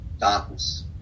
darkness